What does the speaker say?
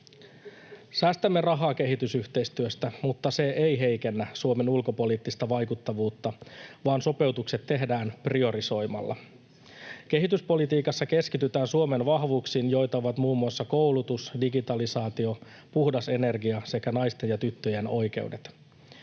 Säästämme rahaa kehitysyhteistyöstä, mutta se ei heikennä Suomen ulkopoliittista vaikuttavuutta, vaan sopeutukset tehdään priorisoimalla. Kehityspolitiikassa keskitytään Suomen vahvuuksiin, joita ovat muun muassa koulutus, digitalisaatio, puhdas energia sekä naisten ja tyttöjen oikeudet.